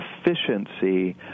efficiency